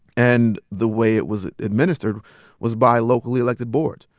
and the way it was administered was by locally elected boards.